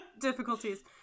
difficulties